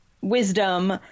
wisdom